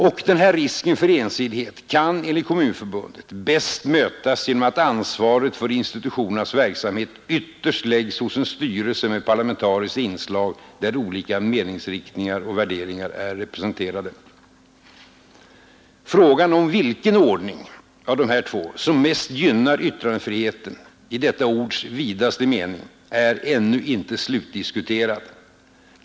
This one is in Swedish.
Och denna risk för ensidighet kan enligt Kommunförbundet bäst mötas genom att ansvaret för institutionernas verksamhet ytterst läggs hos en styrelse med parlamentariskt inslag, där olika meningsriktningar och värderingar är representerade. Frågan om vilken ordning som mest gynnar yttrandefriheten — i detta ords vidaste mening — är ännu inte slutdiskuterad.